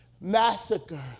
massacre